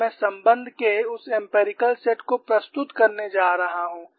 और मैं संबंध के उस एम्पिरिकल सेट को प्रस्तुत करने जा रहा हूं